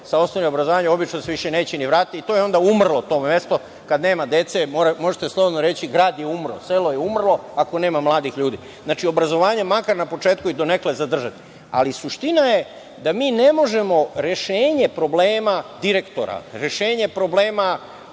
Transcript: sa osnovnim obrazovanjem, obično se više neće ni vraćati i onda je umrlo to mesto. Kada nema dece, možete slobodno reći da je grad umro. Selo je umrlo ako nema mladih ljudi. Znači, obrazovanje makar na početku donekle zadržati. Suština je da mi ne možemo rešenje problema direktora, rešenje problema